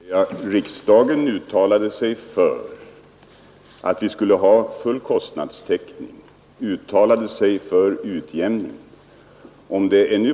Herr talman! Riksdagen har ju uttalat sig för att vi skall ha full kostnadstäckning för lantmäteriförrättningarna.